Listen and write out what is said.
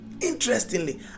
Interestingly